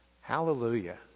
Hallelujah